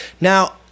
Now